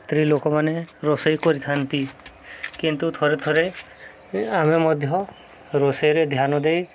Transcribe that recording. ସ୍ତ୍ରୀ ଲୋକମାନେ ରୋଷେଇ କରିଥାନ୍ତି କିନ୍ତୁ ଥରେ ଥରେ ଆମେ ମଧ୍ୟ ରୋଷେଇରେ ଧ୍ୟାନ ଦେଇ